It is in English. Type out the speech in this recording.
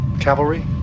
Cavalry